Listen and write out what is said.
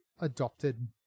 adopted